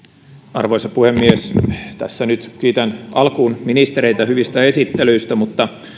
arvoisa puhemies tässä nyt kiitän alkuun ministereitä hyvistä esittelyistä mutta